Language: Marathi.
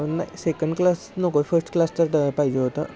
नाही सेकंड क्लास नको फर्स्ट क्लास चेच पाहिजे होतं